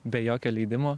be jokio leidimo